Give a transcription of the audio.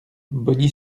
bogny